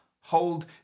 hold